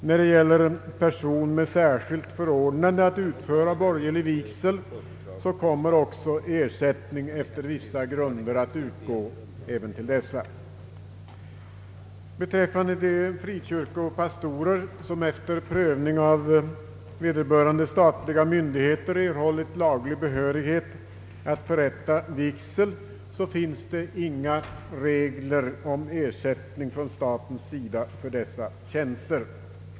När det gäller person med särskilt förordnande att utföra borgerlig vigsel kommer också ersättning efter vissa grunder att utgå. Beträffande de frikyrkopastorer, som efter prövning av vederbörande statliga myndigheter erhållit laglig behörighet att förrätta vigsel finns det inga regler om ersättning från statens sida för dessa tjänster.